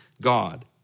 God